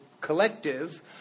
collective